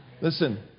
Listen